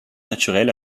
naturelle